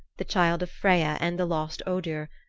the child of freya and the lost odur,